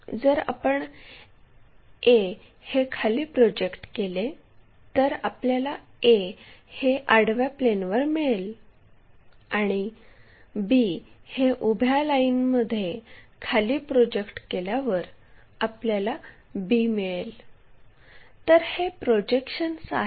जर आपण A हे खाली प्रोजेक्ट केले तर आपल्याला a हे आडव्या प्लेनवर मिळेल आणि B हे उभ्या लाईनमध्ये खाली प्रोजेक्ट केल्यावर आपल्याला b मिळेल तर हे प्रोजेक्शन्स आहेत